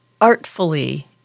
artfully